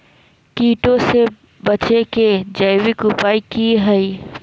कीटों से बचे के जैविक उपाय की हैय?